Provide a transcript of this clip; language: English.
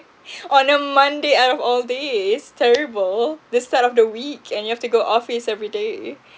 on a monday out of all these terrible the start of the week and you have to go office every day